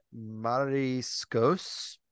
Mariscos